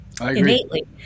innately